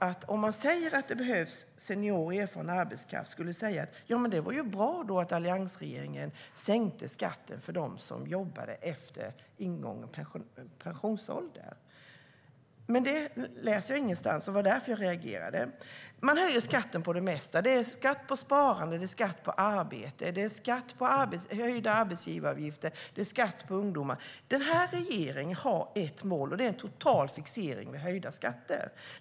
Men om man säger att det behövs senior och erfaren arbetskraft borde man säga: Det var bra att alliansregeringen sänkte skatten för dem som jobbade efter ingången pensionsålder. Men det läser jag ingenstans. Det var därför jag reagerade. Man höjer skatten på det mesta. Det är skatt på sparande. Det är skatt på arbete. Det är höjda arbetsgivaravgifter. Det är skatt på ungdomar. Denna regering har ett mål, och det är en total fixering vid höjda skatter.